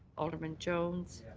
alderman jones.